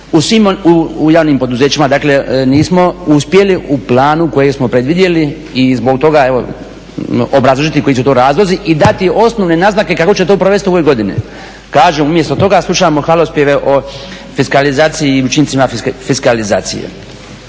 u svim javnim poduzećima dakle nismo uspjeli u planu koji smo predvidjeli i obrazložiti koji su to razlozi i dati osnovne naznake kako će to provesti u ovoj godini. Kažem, umjesto toga slušamo hvalospjeve o fiskalizaciji i o učincima fiskalizacije.